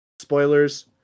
spoilers